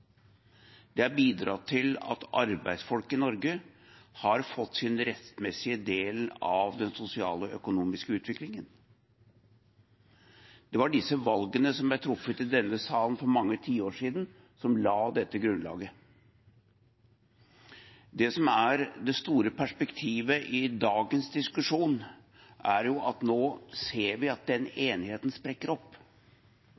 Det har bidratt til at arbeidsfolk i Norge har fått sin rettmessige del av den sosiale og økonomiske utviklingen. Det var disse valgene som ble truffet i denne salen for mange tiår siden, som la dette grunnlaget. Det som er det store perspektivet i dagens diskusjon, er at vi nå ser at den